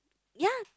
ya